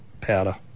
powder